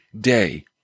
day